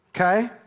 Okay